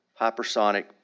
hypersonic